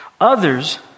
Others